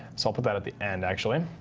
so i'll put that at the end actually.